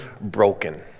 broken